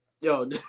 yo